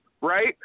Right